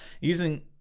using